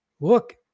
look